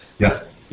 Yes